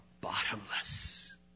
bottomless